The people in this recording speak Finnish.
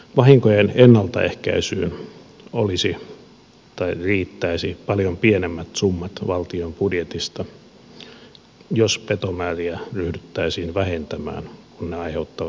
vahinkojen ennaltaehkäisyyn riittäisi paljon pienemmät summat valtion budjetista jos petomääriä ryhdyttäisiin vähentämään kun ne aiheuttavat vahinkoja